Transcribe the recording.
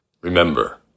remember